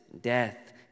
death